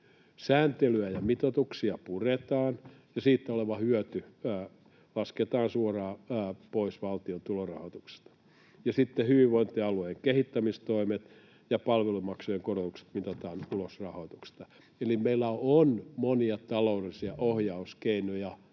Sääntelyä ja mitoituksia puretaan, ja siitä oleva hyöty lasketaan suoraan pois valtion tulorahoituksesta. Ja sitten hyvinvointialueiden kehittämistoimet ja palvelumaksujen korotukset mitataan ulos rahoituksesta. Eli meillä on monia taloudellisia ohjauskeinoja